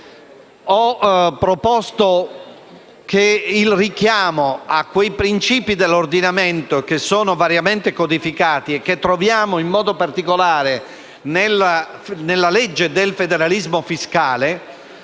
Ho proposto il richiamo a quei principi dell'ordinamento che sono variamente codificati e che troviamo in particolare nella legge sul federalismo fiscale,